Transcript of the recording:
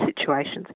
situations